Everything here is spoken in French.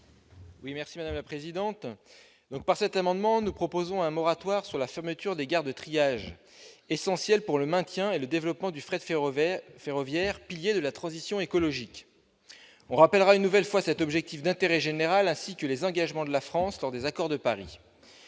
M. Guillaume Gontard. Nous proposons un moratoire sur la fermeture des gares de triage, qui sont essentielles pour le maintien et le développement du fret ferroviaire, pilier de la transition écologique. On rappellera une nouvelle fois cet objectif d'intérêt général ainsi que les engagements de la France lors des accords de Paris.